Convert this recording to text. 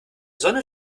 sonne